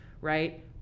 right